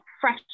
fresh